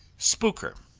spooker,